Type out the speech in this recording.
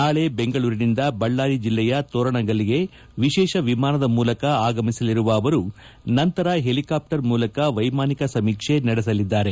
ನಾಳೆ ಬೆಂಗಳೂರಿನಿಂದ ಬಳ್ಳಾರಿ ಜಿಲ್ಲೆಯ ತೋರಣಗಲ್ಗೆ ವಿಶೇಷ ವಿಮಾನದ ಮೂಲಕ ಆಗಮಿಸಲಿರುವ ಅವರು ನಂತರ ಹೆಲಿಕಾಫ್ಟರ್ ಮೂಲಕ ವೈಮಾನಿಕ ಸಮೀಕ್ಷೆ ನಡೆಸಲಿದ್ದಾರೆ